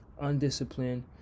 undisciplined